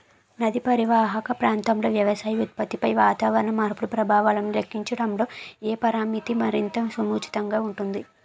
నదీ పరీవాహక ప్రాంతంలో వ్యవసాయ ఉత్పత్తిపై వాతావరణ మార్పుల ప్రభావాలను లెక్కించడంలో ఏ పరామితి మరింత సముచితంగా ఉంటుంది?